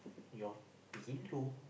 your pillow